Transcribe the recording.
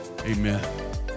amen